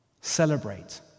Celebrate